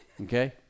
Okay